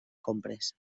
compres